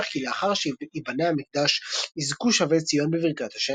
ומבטיח כי לאחר שיבנה המקדש יזכו שבי ציון בברכת ה׳.